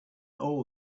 all